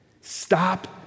Stop